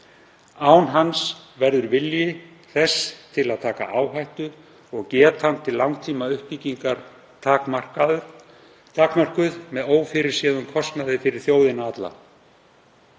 Án hans verður vilji þess til að taka áhættu og getan til langtímauppbyggingar takmörkuð með ófyrirséðum kostnaði fyrir þjóðina alla.